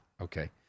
Okay